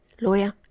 lawyer